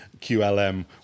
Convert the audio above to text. QLM